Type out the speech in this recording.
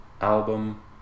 album